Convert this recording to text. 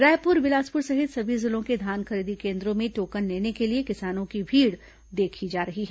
रायपुर बिलासपुर सहित सभी जिलों के धान खरीदी केन्द्रों में टोकन लेने के लिए किसानों की भीड़ देखी जा रही है